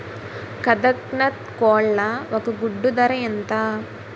కదక్నత్ కోళ్ల ఒక గుడ్డు ధర ఎంత?